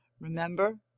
Remember